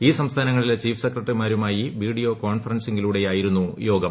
ഈ സംസ്ഥാനങ്ങളിലെ ചീഫ് സെക്രട്ടറിമാരുമായി വീഡിയോ കോൺഫറൻസിംഗിലൂടെ യായിരുന്നു യോഗം